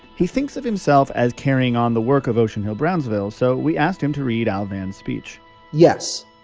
he thinks of himself as carrying on the work of ocean hill-brownsville, so we asked him to read al vann's speech yes,